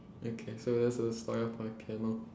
okay so that's the story of my piano